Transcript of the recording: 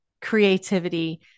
creativity